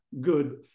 good